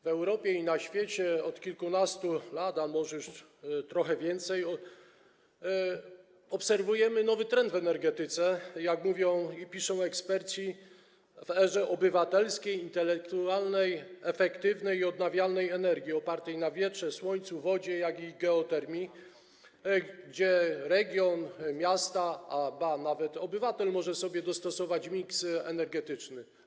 W Europie i na świecie od kilkunastu lat, a może już trochę dłużej obserwujemy nowy trend w energetyce, jak mówią i piszą eksperci: w erze obywatelskiej, intelektualnej, efektywnej i odnawialnej energii, opartej na wietrze, słońcu, wodzie, jak i geotermii, gdzie region, miasto, a nawet obywatel może sobie dostosować miks energetyczny.